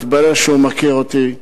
התברר שהוא מכיר אותי.